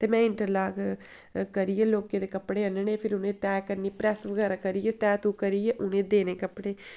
ते में इंटरलाक करियै लोकें दे कपड़े आह्नने ते फिर तैह् करनी प्रैस्स बगैरा करियै तैह् तूह् करियै उ'नें गी देने कपड़े